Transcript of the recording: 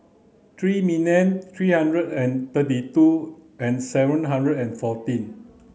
three million three hundred and thirty two and seven hundred and fourteen